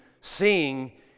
seeing